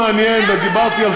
אני מבין שיש הרבה דוברים,